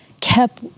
kept